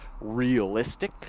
realistic